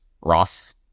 Ross